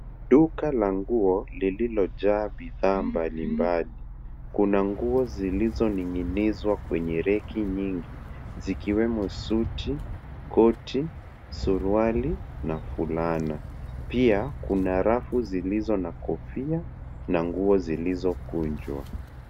Duka la nguo lililojaa bidhaa mbalimbali . Kuna nguo zilizoning'inizwa kwenye reki nyingi, zikiwemo suti, koti, suruali na fulana. Pia, kuna rafu zilizo na koifa na nguo zilizokununjwa.